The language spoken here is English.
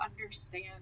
understand